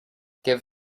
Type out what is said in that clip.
give